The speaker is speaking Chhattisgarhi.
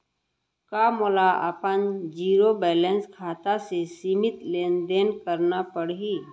का मोला अपन जीरो बैलेंस खाता से सीमित लेनदेन करना पड़हि?